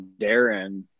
Darren